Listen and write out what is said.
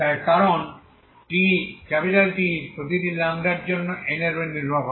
তাই কারণ T প্রতিটি λ এর জন্য n এর উপর নির্ভর করে